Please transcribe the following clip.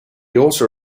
also